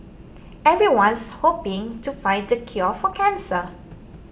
everyone's hoping to find the cure for cancer